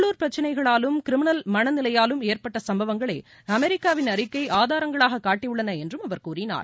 உள்ளுர் பிரச்சனைகளாலும் கிரிமினல் மனநிலையாலும் ஏற்பட்ட சம்பவங்களை அமெரிக்காவின் அறிக்கை ஆதாரங்களாக காட்டியுள்ளன என்றும் அவர் கூறியுள்ளார்